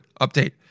update